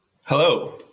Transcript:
Hello